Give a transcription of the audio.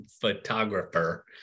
photographer